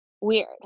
weird